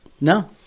No